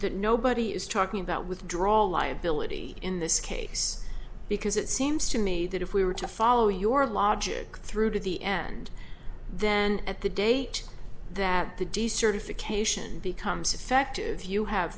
that nobody is talking about withdraw liability in this case because it seems to me that if we were to follow your logic through to the end then at the date that the decertification becomes effective you have